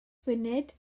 funud